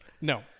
No